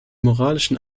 moralischen